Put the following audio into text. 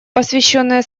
посвященное